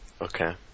Okay